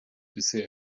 bisher